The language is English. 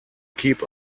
keep